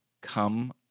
come